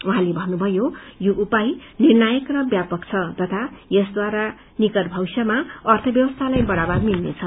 उहाँले भन्नुभयो यो उपाय निर्णायक र व्यापक छ तथा यसद्वारा निकट भविष्यमा अर्थव्यवस्थालाई बढ़ावा मिल्नेछ